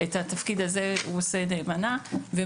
את התפקיד הזה הוא עושה נאמנה והוא